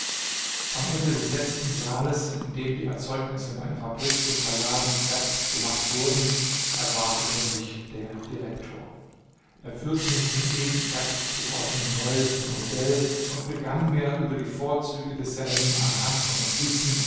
am ende des letzten saales in dem die erzeugnisse meiner fabrik zum verladen fertiggemacht wurden erwartete mich der direktor er führte mich zum eben fertiggewordenen neuesten modell und begann mir über die vorzüge desselben an hand von notizen